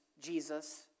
Jesus